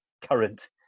current